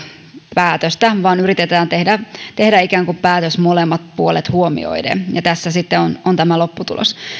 päätöstä vaan yritetään tehdä tehdä päätös molemmat puolet huomioiden ja tässä sitten on on tämä lopputulos